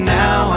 now